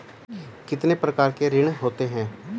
कितने प्रकार के ऋण होते हैं?